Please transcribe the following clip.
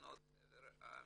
ממדינות חבר העמים.